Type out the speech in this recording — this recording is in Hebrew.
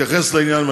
להתייחס לעניין,